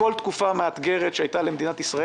בכל תקופה מאתגרת שהייתה למדינת ישראל